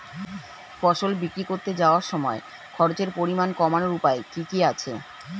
ফসল বিক্রি করতে যাওয়ার সময় খরচের পরিমাণ কমানোর উপায় কি কি আছে?